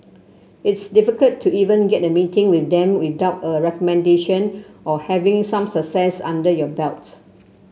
it's difficult to even get a meeting with them without a recommendation or having some success under your belt